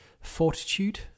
Fortitude